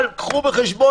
אבל קחו בחשבון.